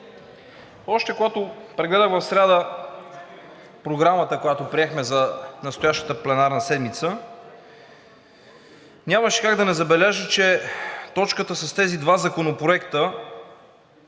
Още когато прегледах в сряда Програмата, която приехме за настоящата пленарна седмица, нямаше как да не забележа, че точката с тези два законопроекта